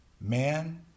Man